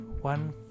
one